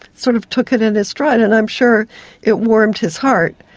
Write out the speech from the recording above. sort of took it in his stride, and i'm sure it warmed his heart.